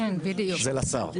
זה לשר.